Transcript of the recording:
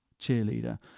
cheerleader